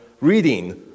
reading